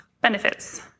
benefits